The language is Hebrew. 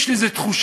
יש לי איזה תחושה,